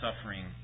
suffering